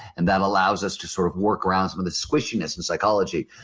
and that allows us to sort of work around some of the squishiness in psychology.